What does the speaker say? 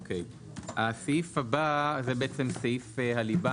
הסעיף הבא הוא בעצם סעיף הליבה,